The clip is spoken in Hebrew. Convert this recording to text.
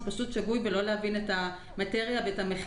זה שגוי וזה גם חוסר הבנה של המטריה והמחירים.